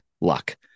luck